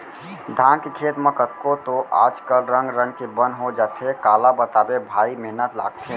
धान के खेत म कतको तो आज कल रंग रंग के बन हो जाथे काला बताबे भारी मेहनत लागथे